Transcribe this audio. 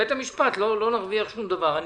מבית המשפט לא נרוויח שום דבר.